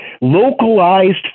Localized